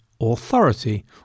authority